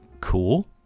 cool